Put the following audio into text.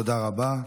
תודה רבה.